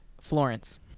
Florence